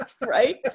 right